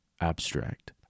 Abstract